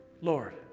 Lord